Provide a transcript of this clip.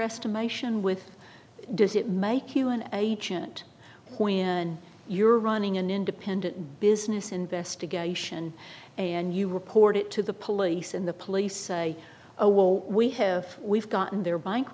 estimation with does it make you an agent when you're running an independent business investigation and you report it to the police and the police say oh well we have we've gotten their bank